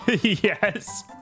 Yes